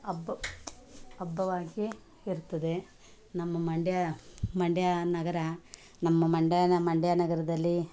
ಹಬ್ಬ ಹಬ್ಬವಾಗಿ ಇರ್ತದೆ ನಮ್ಮ ಮಂಡ್ಯ ಮಂಡ್ಯ ನಗರ ನಮ್ಮ ಮಂಡ್ಯ ನಮ್ಮ ಮಂಡ್ಯ ನಗರದಲ್ಲಿ